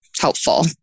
helpful